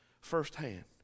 firsthand